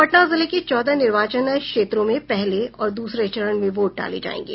पटना जिले के चौदह निर्वाचन क्षेत्रों में पहले और दूसरे चरण में वोट डाले जायेंगे